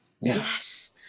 Yes